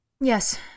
Yes